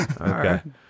Okay